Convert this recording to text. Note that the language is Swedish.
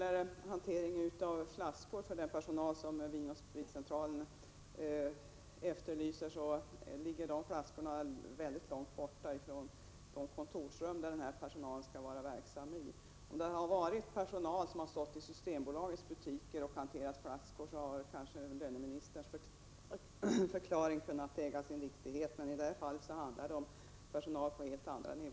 De flaskor som skall hanteras av den personal som Vin & Spritcentralen efterlyser är långt borta från de kontorsrum där denna personal skall arbeta. Om det hade gällt personal som skulle arbeta i Systembolagets butiker och hantera flaskor, hade löneministerns förklaring kunnat äga sin riktighet, men i det här fallet handlar det om personal på helt andra nivåer.